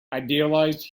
idealized